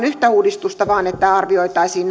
yhtä uudistusta vaan että arvioitaisiin